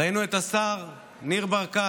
ראינו את השר ניר ברקת